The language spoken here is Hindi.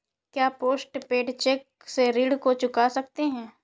क्या पोस्ट पेड चेक से ऋण को चुका सकते हैं?